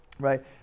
right